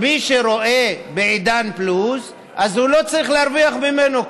מי שרואה בעידן פלוס אז לא צריך להרוויח ממנו,